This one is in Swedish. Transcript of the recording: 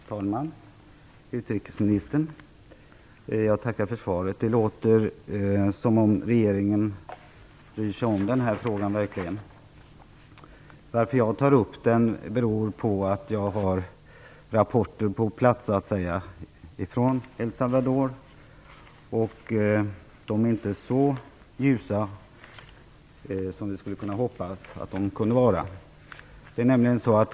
Fru talman! Utrikesministern! Jag tackar för svaret. Det låter som om regeringen verkligen bryr sig om denna fråga. Anledningen till att jag tar upp frågan är att jag har rapporter från människor på plats, från El Salvador, och de är inte så ljusa som vi hade hoppats att de skulle vara.